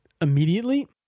immediately